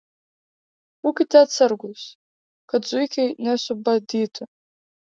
būkite atsargūs kad zuikiai nesubadytų